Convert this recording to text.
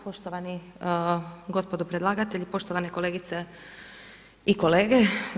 Poštovani gospodo predlagatelji, poštovane kolegice i kolege.